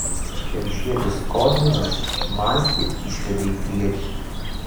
telšietis skodminas mastį išvedė į priekį